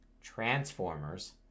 Transformers